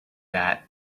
that